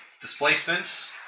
Displacements